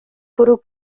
bwrw